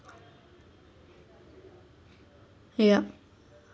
yup